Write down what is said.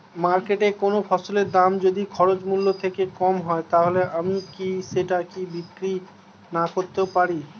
মার্কেটৈ কোন ফসলের দাম যদি খরচ মূল্য থেকে কম হয় তাহলে আমি সেটা কি বিক্রি নাকরতেও পারি?